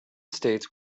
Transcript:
states